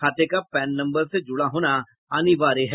खाते का PAN number से जुड़ा होना अनिवार्य है